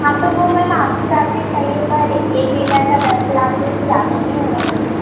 हाँ तो वह मैम आपकी बात भी सही है पर एक एकड़ का दस लाख तो कुछ ज़्यादा नहीं हो रहा है मैम